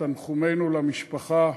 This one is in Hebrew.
את תנחומינו למשפחה,